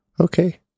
okay